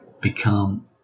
become